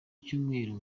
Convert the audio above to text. icyumweru